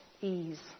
ease